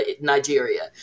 Nigeria